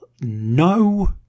no